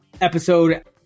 episode